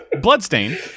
Bloodstain